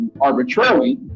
arbitrarily